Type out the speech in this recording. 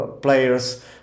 players